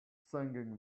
singing